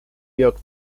york